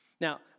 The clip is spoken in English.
Now